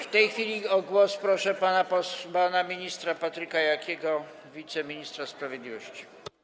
W tej chwili o głos proszę pana ministra Patryka Jakiego, wiceministra sprawiedliwości.